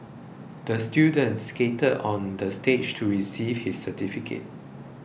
the student skated on the stage to receive his certificate